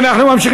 נתקבלה.